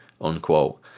unquote